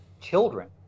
children